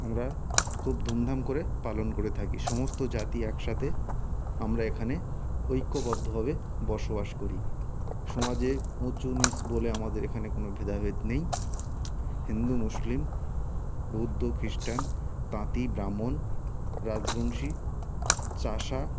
আমরা খুব ধুমধাম করে পালন করে থাকি সমস্ত জাতি একসাথে আমরা এখানে ঐক্যবদ্ধভাবে বসবাস করি সমাজে উঁচু নিচ বলে আমাদের এখানে কোনো ভেদাভেদ নেই হিন্দু মুসলিম বৌদ্ধ খ্রিস্টান তাঁতি ব্রাহ্মণ রাজবংশী চাষা